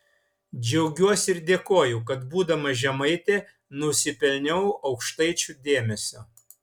džiaugiuosi ir dėkoju kad būdama žemaitė nusipelniau aukštaičių dėmesio